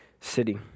city